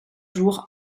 jour